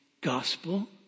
gospel